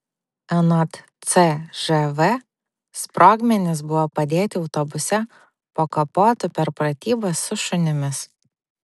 anot cžv sprogmenys buvo padėti autobuse po kapotu per pratybas su šunimis